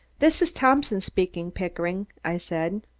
this is thompson speaking, pickering, i said.